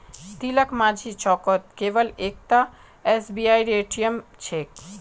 तिलकमाझी चौकत केवल एकता एसबीआईर ए.टी.एम छेक